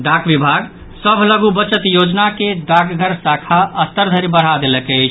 डाक विभाग सभ लघु बचत योजना के डाकघर शाखा स्तर धरि बढ़ा देलक अछि